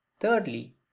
Thirdly